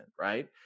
right